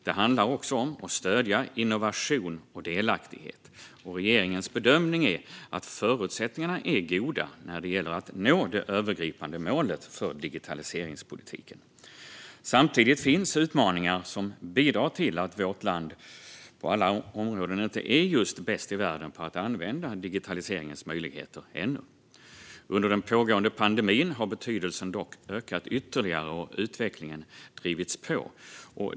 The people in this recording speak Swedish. Det handlar också om att stödja innovation och delaktighet. Regeringens bedömning är att förutsättningarna är goda att nå det övergripande målet för digitaliseringspolitiken. Samtidigt finns utmaningar som bidrar till att vårt land ännu inte på alla områden är just bäst i världen på använda digitaliseringens möjligheter. Under den pågående pandemin har betydelsen dock ökat ytterligare och utvecklingen drivits på.